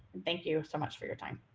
thank you so much for your time.